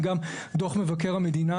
גם דוח מבקר המדינה